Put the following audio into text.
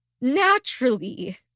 Naturally